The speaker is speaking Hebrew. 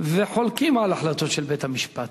וחולקים על החלטות של בית-המשפט?